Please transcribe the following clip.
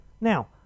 Now